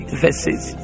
verses